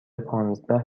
پانزده